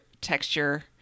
texture